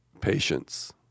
patience